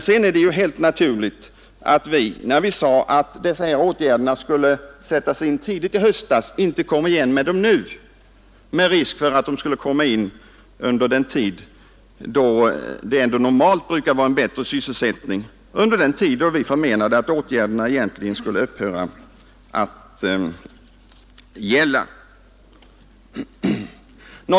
Sedan är det helt naturligt att vi, när vi sade att dessa åtgärder skulle sättas in tidigt i höstas, inte kommer igen och föreslår dem nu också — med risk för att de skulle få verkan först i en tid då det ändå normalt brukar vara en bättre sysselsättning och då vi egentligen menade att de skulle upphöra.